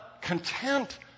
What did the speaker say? content